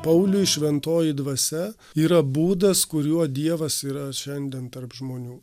pauliui šventoji dvasia yra būdas kuriuo dievas yra šiandien tarp žmonių